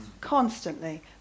constantly